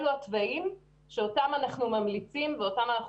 אלו התוואים עליהם אנחנו ממליצים ואותם אנחנו